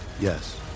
Yes